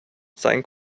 sein